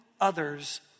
others